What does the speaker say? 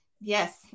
Yes